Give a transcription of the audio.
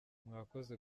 mwakoze